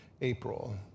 April